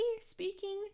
speaking